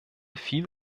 viel